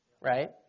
right